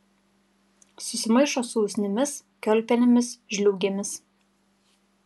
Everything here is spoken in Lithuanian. susimaišo su usnimis kiaulpienėmis žliūgėmis